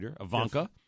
Ivanka